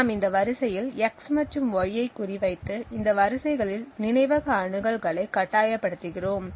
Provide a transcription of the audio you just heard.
நாம் இந்த வரிசையில் x மற்றும் y ஐ குறிவைத்து இந்த வரிசைகளில் நினைவக அணுகல்களை கட்டாயப்படுத்துகிறோம்